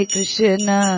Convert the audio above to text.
Krishna